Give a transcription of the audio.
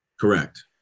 Correct